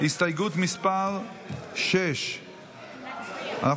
הסתייגות מס' 6. להצביע.